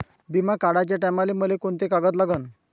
बिमा काढाचे टायमाले मले कोंते कागद लागन?